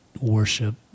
worship